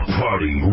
party